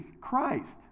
Christ